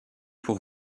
pour